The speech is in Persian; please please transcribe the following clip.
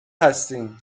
هستیم